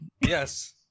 Yes